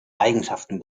eigenschaften